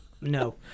No